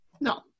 No